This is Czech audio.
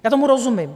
Já tomu rozumím.